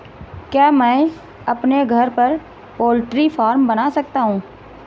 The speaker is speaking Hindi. क्या मैं अपने घर पर पोल्ट्री फार्म बना सकता हूँ?